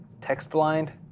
text-blind